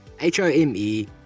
H-O-M-E